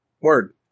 Word